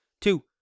two